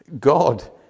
God